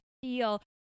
feel